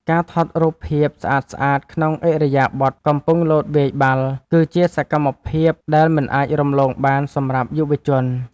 ការថតរូបភាពស្អាតៗក្នុងឥរិយាបថកំពុងលោតវាយបាល់ គឺជាសកម្មភាពដែលមិនអាចរំលងបានសម្រាប់យុវជន។